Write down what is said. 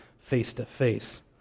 face-to-face